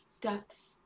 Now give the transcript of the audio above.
depth